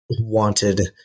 wanted